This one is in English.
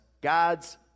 God's